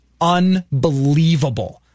unbelievable